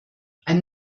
ein